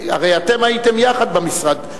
הרי אתם הייתם יחד במשרד,